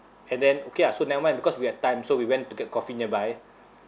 and then okay ah so never mind because we had time so we went to get coffee nearby